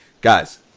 Guys